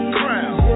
crown